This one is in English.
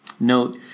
Note